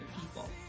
people